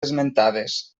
esmentades